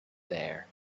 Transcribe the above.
there